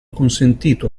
consentito